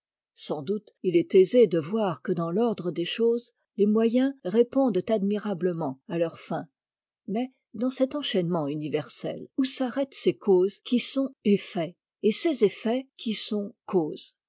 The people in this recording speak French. sans doute il est aisé de voir que dans l'ordre des choses les moyens répondent admirablement à leurs fins mais dans cet enchaînement univ ersel où s'arrêtent ces causes qui sont effets et ces effets qui sont causes